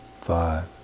five